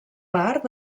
part